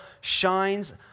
shines